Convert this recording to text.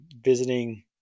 visiting